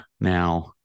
now